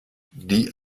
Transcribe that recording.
die